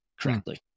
correctly